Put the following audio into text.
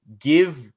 Give